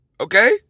Okay